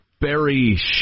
Barry